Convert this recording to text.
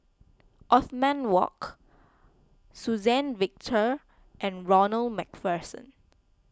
Othman Wok Suzann Victor and Ronald MacPherson